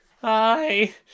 Hi